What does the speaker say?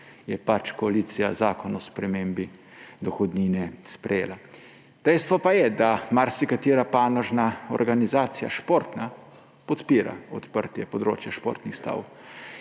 je pač koalicija zakon o spremembi dohodnine sprejela. Dejstvo pa je, da marsikatera panožna organizacija, športna, podpira odprtje področja športnih stav.